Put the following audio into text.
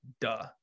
Duh